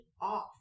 off